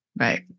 right